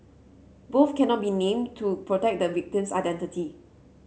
both cannot be named to protect the victim's identity